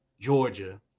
Georgia